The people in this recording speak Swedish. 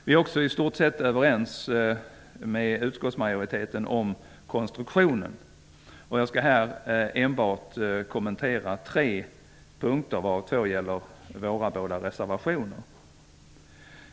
Vi är också i stort sett överens med utskottsmajoriteten om konstruktionen. Jag skall här enbart kommentera tre punkter, varav två gäller våra båda reservationer.